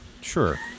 Sure